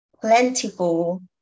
plentiful